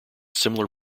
similar